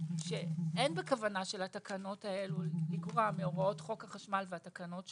שאין בכוונה של התקנות האלו לגרוע מהוראות חוק החשמל והתקנות שלו,